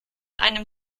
einem